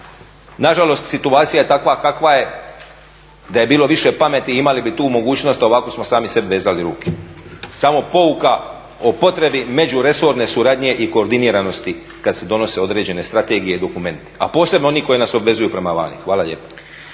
nažalost situacija je takva kakva je, da je bilo više pameti, imali bi tu mogućnost, ovako smo sami sebi vezali ruke. Samo pouka o potrebi međuresorne suradnje i koordiniranosti kada se donose određene strategije i dokumenti, a posebno oni koji nas obvezuju prema vani. Hvala lijepo.